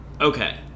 Okay